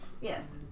Yes